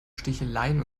sticheleien